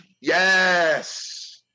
yes